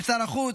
עם שר החוץ,